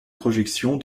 projections